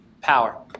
power